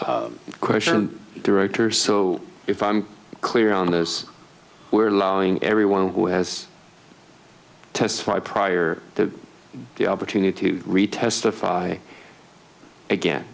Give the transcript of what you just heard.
to question director so if i'm clear on this we're allowing everyone who has testified prior to the opportunity to retest if i again